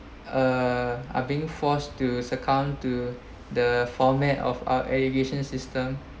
uh are being forced to succumb to the format of our education system